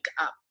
up